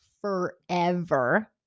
forever